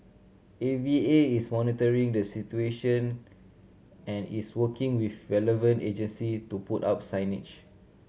A V A is monitoring the situation and is working with relevant agencies to put up signage